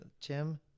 tim